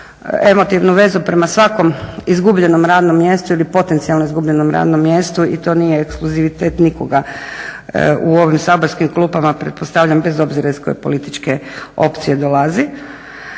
emotivnu vezu prema svakom izgubljenom radnom mjestu ili potencijalno izgubljenom radnom mjestu i to nije ekskluzivitet nikoga u ovim saborskim klupama pretpostavljam bez obzira iz koje političke opcije dolazi.